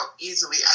easily